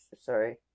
Sorry